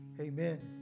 amen